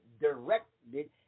directed